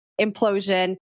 implosion